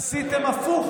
עשיתם הפוך.